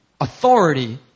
authority